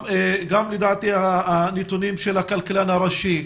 ולדעתי גם הנתונים של הכלכלן הראשי,